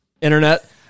internet